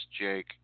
Jake